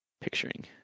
picturing